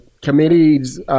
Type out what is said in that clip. committees